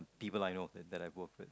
people I know that that I work with